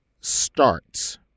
starts